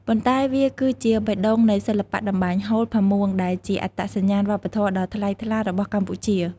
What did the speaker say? ប៉ុន្តែវាគឺជាបេះដូងនៃសិល្បៈតម្បាញហូល ផាមួង ដែលជាអត្តសញ្ញាណវប្បធម៌ដ៏ថ្លៃថ្លារបស់កម្ពុជា។